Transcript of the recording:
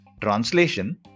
translation